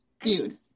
Dude